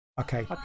Okay